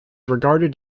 regarded